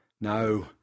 No